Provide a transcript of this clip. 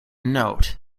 note